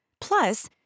Plus